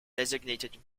designated